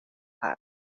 har